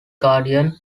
guardian